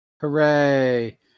Hooray